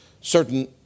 certain